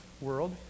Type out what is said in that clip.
world